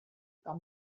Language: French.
par